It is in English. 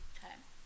Okay